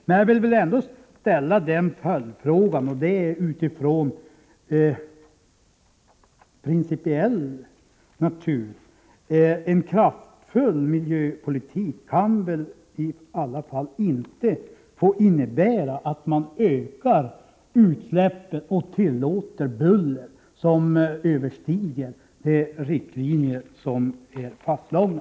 Men jag vill ändå ställa en följdfråga av principiell natur: En kraftfull miljöpolitik kan väl i alla fall inte få innebära att man ökar utsläppen och tillåter buller som överstiger de riktlinjer som är fastslagna?